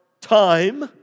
time